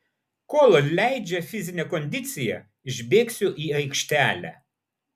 kol leidžia fizinė kondicija išbėgsiu į aikštelę